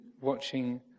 watching